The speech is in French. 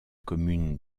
commune